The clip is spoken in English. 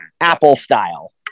Apple-style